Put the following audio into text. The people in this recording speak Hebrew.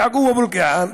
יעקוב אבו אלקיעאן,